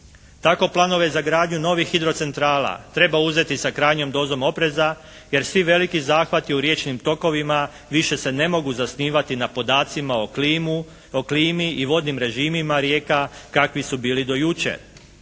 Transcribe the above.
Tako planove za gradnju novih hidro centrala treba uzeti sa krajnjom dozom opreza, jer svi veliki zahvati u riječnim tokovima više se ne mogu zasnivati na podacima o klimi i vodnim režimima rijeka kakvi su bili do jučer.